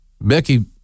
Becky